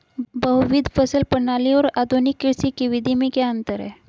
बहुविध फसल प्रणाली और आधुनिक कृषि की विधि में क्या अंतर है?